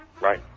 right